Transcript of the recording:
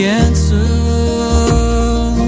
answer